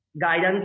guidance